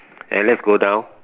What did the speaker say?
and let's go down